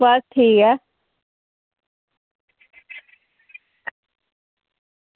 बस ठीक ऐ